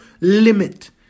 limit